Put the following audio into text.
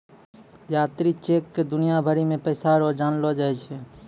यात्री चेक क दुनिया भरी मे पैसा रो जानलो जाय छै